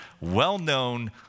well-known